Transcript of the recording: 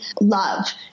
love